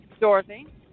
Dorothy